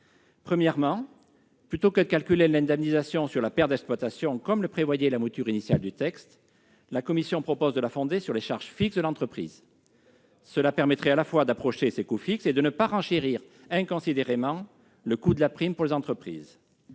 Premièrement, plutôt que de calculer l'indemnisation sur les pertes d'exploitation, comme le prévoyait la mouture initiale du texte, la commission propose de la fonder sur les charges fixes de l'entreprise. Cela permettrait à la fois d'approcher ses coûts fixes et de ne pas renchérir inconsidérément le coût de la prime pour les entreprises.